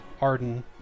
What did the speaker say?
Arden